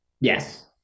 yes